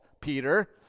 Peter